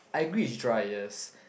I agree is dry yes